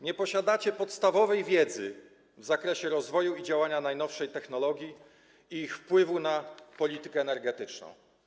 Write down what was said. Nie posiadacie podstawowej wiedzy w zakresie rozwoju i działania najnowszych technologii i ich wpływu na politykę energetyczną.